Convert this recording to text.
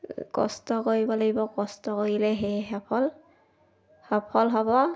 কষ্ট কৰিব লাগিব কষ্ট কৰিলে সেয়ে সফল সফল হ'ব